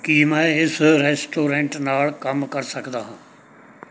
ਕੀ ਮੈਂ ਇਸ ਰੈਸਟੋਰੈਂਟ ਨਾਲ ਕੰਮ ਕਰ ਸਕਦਾ ਹਾਂ